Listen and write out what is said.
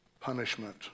punishment